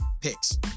picks